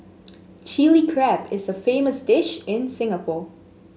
Chilli Crab is a famous dish in Singapore